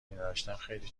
نداشتم، خیلی